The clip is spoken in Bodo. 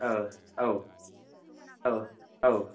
ओह औ औ औ